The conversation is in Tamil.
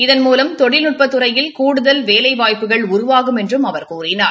இதன்மூலம் தொழில்நட்பத்துறையில் கூடுதல் வேலைவாய்ப்புகள் உருவாகும் என்றும் அவர் கூறினார்